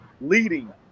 leading